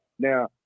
Now